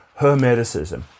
hermeticism